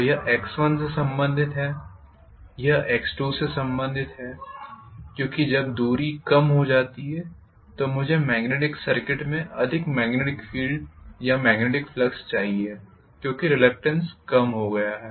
तो यह x1से संबंधित है यह x2से संबंधित है क्योंकि जब दूरी कम हो जाती है तो मुझे मेग्नेटिक सर्किट में अधिक मेग्नेटिक फील्ड या मेग्नेटिक फ्लक्स चाहिए क्योंकि रिलक्टेन्स कम हो गया है